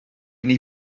neu